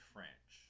French